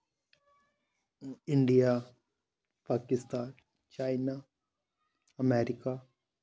India Pakistan China America